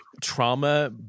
trauma